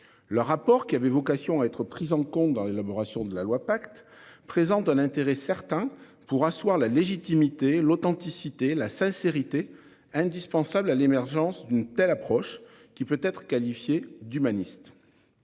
Le rapport qui avait vocation à être prises en compte dans l'élaboration de la loi pacte présente un intérêt certain pour asseoir la légitimité l'authenticité, la sincérité, indispensable à l'émergence d'une telle approche qui peut être qualifié d'humaniste.